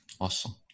Awesome